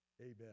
Amen